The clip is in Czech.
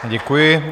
Děkuji.